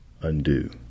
undo